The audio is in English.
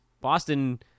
Boston